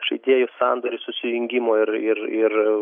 žaidėjų sandorių susijungimo ir ir ir